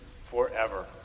forever